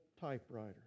typewriter